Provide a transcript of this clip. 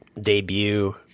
debut